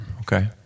Okay